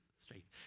straight